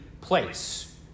place